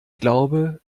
glaube